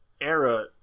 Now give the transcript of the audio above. era